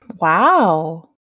Wow